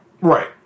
Right